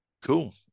Cool